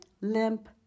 limp